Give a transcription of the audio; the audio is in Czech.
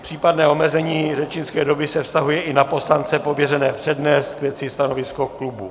Případné omezení řečnické doby se vztahuje i na poslance pověřené přednést k věci stanovisko klubu.